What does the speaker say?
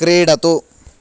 क्रीडतु